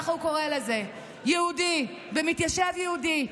ככה הוא קורא לזה, במתיישב יהודי.